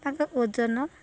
ତାଙ୍କ ଓଜନ